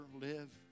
live